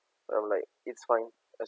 I'm like it's fine